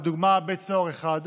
לדוגמה בית סוהר אחד.